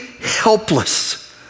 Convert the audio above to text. helpless